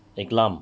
eklam